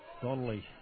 Donnelly